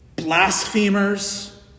blasphemers